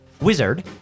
Wizard